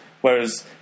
whereas